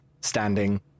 standing